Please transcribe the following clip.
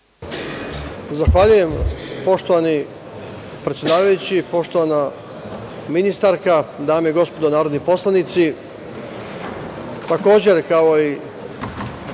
Zahvaljujem, poštovani predsedavajući, poštovana ministarka, dame i gospodo narodni poslanici, takođe kao i